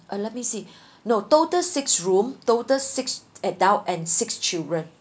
uh let me see no total six room total six adult and six children